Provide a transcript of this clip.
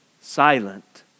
silent